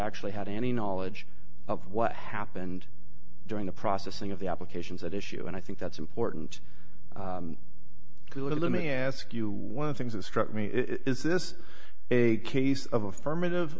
actually had any knowledge of what happened during the processing of the applications at issue and i think that's important to let me ask you one thing that struck me is this a case of affirmative